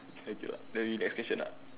maybe next question lah